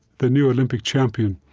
the new olympic champion.